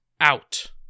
out